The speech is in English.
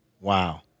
Wow